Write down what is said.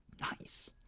Nice